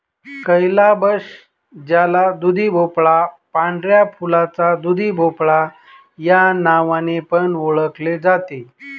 calabash ज्याला दुधीभोपळा, पांढऱ्या फुलाचा दुधीभोपळा या नावाने पण ओळखले जाते